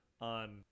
on